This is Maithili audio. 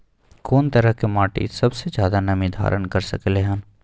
कोन तरह के माटी सबसे ज्यादा नमी धारण कर सकलय हन?